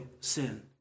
sin